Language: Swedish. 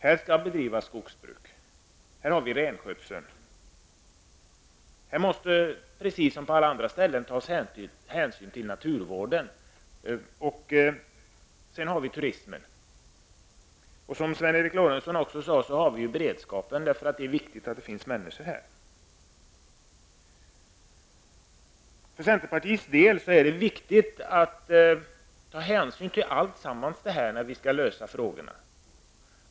Här skall det bedrivas skogsbruk, och här har vi renskötsel. Precis som på alla andra ställen måste det tas hänsyn till naturvården. Sedan har vi turismen. Som Sven Eric Lorentzon sade tillkommer beredskapen -- det är viktigt att det finns människor här. För centerpartiets del är det viktigt att ta hänsyn till allt detta när vi skall lösa frågorna.